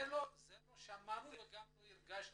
זה לא שמענו וגם לא הרגשתי.